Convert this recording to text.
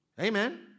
Amen